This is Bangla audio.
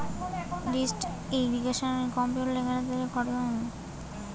লিফ্ট ইরিগেশন স্কিম তেলেঙ্গানা তে উদ্ঘাটন করা হতিছে চাষিদের সুবিধার জিনে